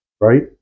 right